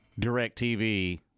DirecTV